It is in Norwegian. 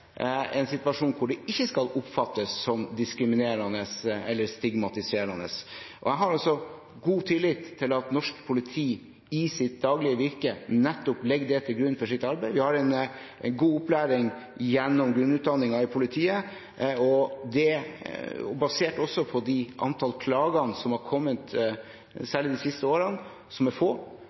en situasjon som ikke skal oppfattes som diskriminerende eller stigmatiserende. Jeg har stor tillit til at norsk politi i sitt daglige virke legger det til grunn for sitt arbeid – vi har en god opplæring gjennom grunnutdanningen til politiet, og det er også basert på det antall klager som er kommet, som er få, særlig de siste årene. Så det er